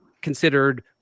considered